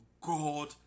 God